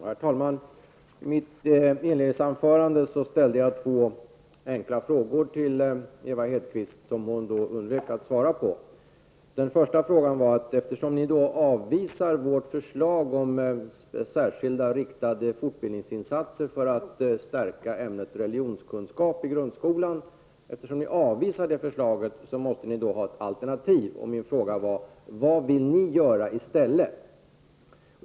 Herr talman! I mitt inledningsanförande ställde jag två enkla frågor till Ewa Hedkvist Petersen, som hon då undvek att svara på. Eftersom ni avvisar vårt förslag om särskilt riktade fortbildningsinsatser för att stärka ämnet religionskunskap i grundskolan, måste ni ha ett alternativ, och min första fråga var: Vad vill ni göra i stället.